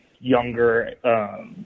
younger